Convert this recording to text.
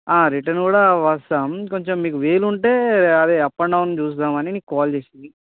return కూడా వస్తాము కొంచెం మీకు వీలు ఉంటే అదే అప్ అండ్ డౌన్ చూద్దామని నీకు కాల్ చేసినా